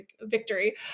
victory